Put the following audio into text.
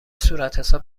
صورتحساب